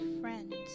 friends